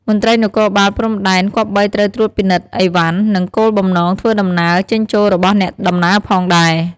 មន្ត្រីនគរបាលព្រំដែនគប្បីត្រូវត្រួតពិនិត្យឥវ៉ាន់ និងគោលបំណងធ្វើដំណើរ ចេញចួលរបស់អ្នកដំណើរផងដែរ៕